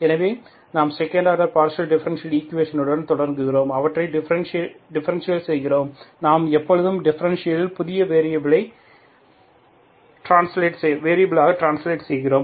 எனவே நாம் second order partial differential ஈக்குவேஷன்களுடன் தொடங்கினோம் அவற்றை டிஃபரண்ஷியல் செய்கிறோம் நாம் எப்போதும் டிஃபரண்ஷியலில் புதிய வேரியபிலாக டிரான்ஸ்லேட் செய்கிறோம்